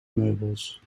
meubels